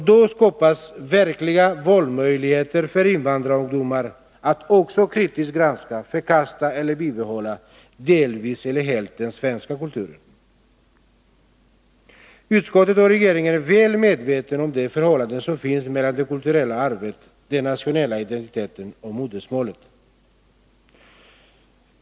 Då skapas verkliga möjligheter för invandrarungdomar att också kritiskt granska, förkasta eller bibehålla — helt eller delvis — den svenska kulturen. Utskottet och regeringen är väl medvetna om det förhållande som finns mellan det kulturella arvet, den nationella identiteten och modersmålet.